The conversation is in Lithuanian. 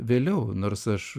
vėliau nors aš